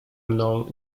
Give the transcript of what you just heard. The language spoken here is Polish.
mną